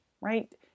right